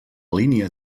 línia